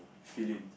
fill in